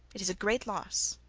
it is a great loss,